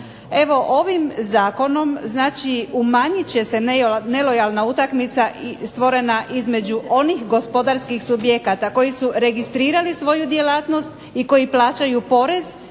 ovim zakonom znači umanjit će se nelojalna utakmica stvorena između onih gospodarskih subjekata koji su registrirali svoju djelatnost i koji plaćaju porez